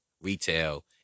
retail